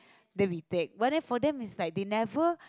then we take what that for them is like they never